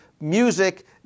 music